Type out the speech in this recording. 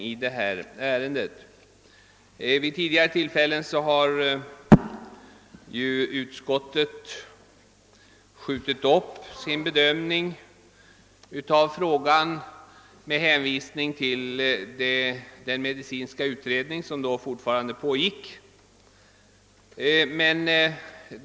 Vid tidigare handläggning av samma fråga har utskottet skjutit upp sitt avgörande med hänvisning till den medicinska utredning som då fortfarande pågick.